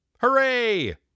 Hooray